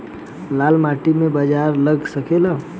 लाल माटी मे बाजरा लग सकेला?